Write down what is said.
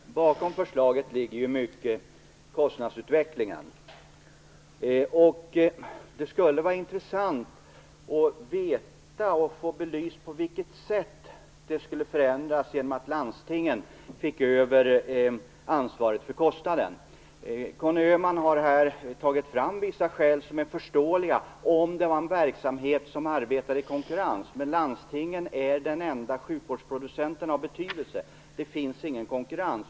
Fru talman! Bakom förslaget ligger i mycket kostnadsutvecklingen. Det skulle vara intressant att få belyst på vilket sätt den skulle förändras genom att landstingen fick ta över ansvaret för kostnaden. Conny Öhman har här tagit fram vissa skäl som är förståeliga om det gällde en verksamhet som arbetar i konkurrens, men landstingen är den enda sjukvårdsproducenten av betydelse. Det finns ingen konkurrens.